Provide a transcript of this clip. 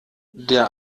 der